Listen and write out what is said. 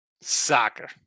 soccer